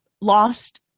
lost